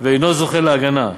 ואינו זוכה להגנה.